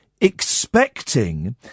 expecting